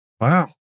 Wow